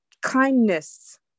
Kindness